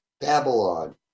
Babylon